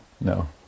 No